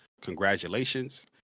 congratulations